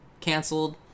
canceled